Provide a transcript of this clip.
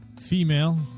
Female